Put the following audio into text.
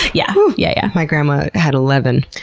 yeah, yeah. my grandma had eleven.